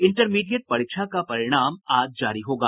intermediate परीक्षा का परिणाम आज जारी होगा